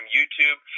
YouTube